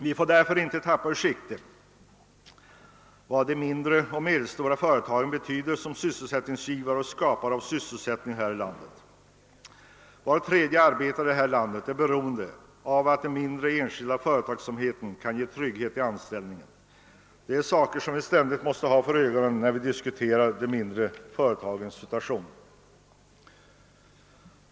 Vi får inte tappa ur sikte vad de mindre och medelstora företagen betyder som skapare av sysselsättning. Var tredje arbetare i detta land är beroende av att den mindre enskilda företagsamheten kan ge anställningstrygghet. Detta är saker vi ständigt måste ha för ögonen när vi diskuterar de mindre företagens situation.